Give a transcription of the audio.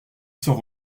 sans